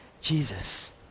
Jesus